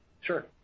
Sure